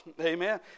amen